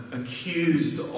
accused